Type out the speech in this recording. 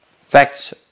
Facts